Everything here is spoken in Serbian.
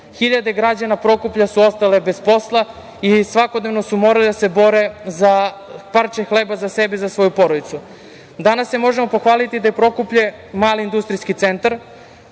Hiljade građana Prokuplja su ostale bez posla i svakodnevno su morale da se bore za parče hleba za sebe i za svoju porodicu. Danas se možemo pohvaliti da je Prokuplje mali industrijski centar,